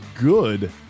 good